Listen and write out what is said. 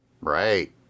Right